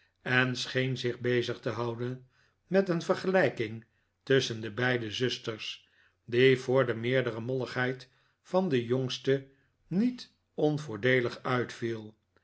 en scheen zich bezig te houden met een vergelijking tusschen de beide zusters die voor de meer dere molligheid van de jongste niet onvoordeelig uitviel